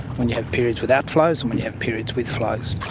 when you have periods without flows, and when you have periods with flows.